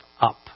up